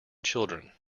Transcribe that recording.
children